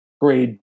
grade